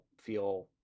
feel